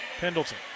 Pendleton